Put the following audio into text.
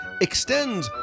extend